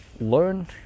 learn